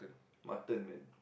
mutton man